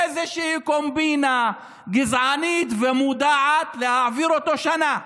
באיזושהי קומבינה גזענית ומודעת, להעביר אותו שנה.